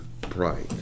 pride